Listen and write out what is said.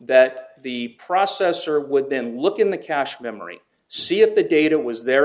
that the processor would then look in the cache memory see if the data was there